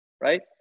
Right